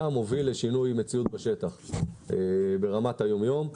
מוביל לשינוי מציאות בשטח ברמת היום-יום.